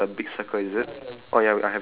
alright beside the